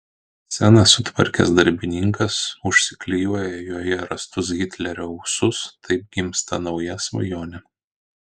sceną sutvarkęs darbininkas užsiklijuoja joje rastus hitlerio ūsus taip gimsta nauja svajonė